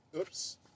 oops